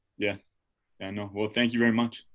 yeah i know. well, thank you very much.